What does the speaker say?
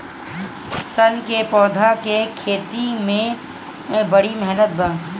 सन क पौधा के खेती में बड़ी मेहनत बा